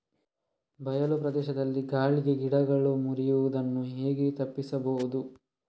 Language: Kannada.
ಬಯಲು ಪ್ರದೇಶದಲ್ಲಿ ಗಾಳಿಗೆ ಗಿಡಗಳು ಮುರಿಯುದನ್ನು ಹೇಗೆ ತಪ್ಪಿಸಬಹುದು?